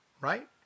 right